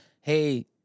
hey